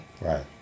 Right